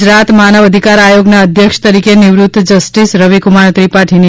ગુજરાન માનવ ધિકાર આયોગન ધ્યક્ષ તરીકે નિવૃત્ત જસ્ટીસ રવિકુમાર ત્રિપાઠીની